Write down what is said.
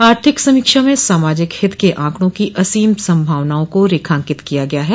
आर्थिक समीक्षा में सामाजिक हित के आंकड़ों की असीम संभावनाओं को रेखांकित किया गया है